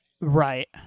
Right